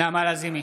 נעמה לזימי,